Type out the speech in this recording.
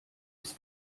ist